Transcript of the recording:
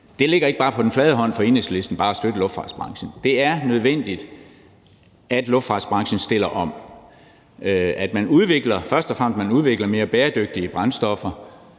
det ligger ikke bare på den flade hånd for Enhedslisten at støtte luftfartsbranchen – så er det nødvendigt, at luftfartsbranchen stiller om, at man først og fremmest udvikler mere bæredygtige brændstoffer,